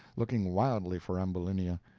looking wildly for ambulinia.